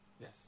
Yes